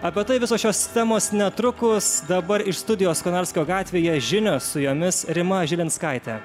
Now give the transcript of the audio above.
apie tai visos šios temos netrukus dabar iš studijos konarskio gatvėje žinios su jomis rima žilinskaitė